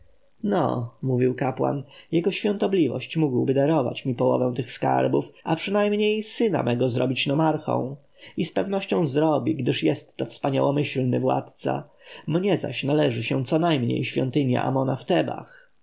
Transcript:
no mówił kapłan jego świątobliwość mógłby darować mi połowę tych skarbów a przynajmniej syna mego zrobić nomarchą i z pewnością zrobi gdyż jest to wspaniałomyślny władca mnie zaś należy się co najmniej świątynia amona w